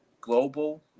global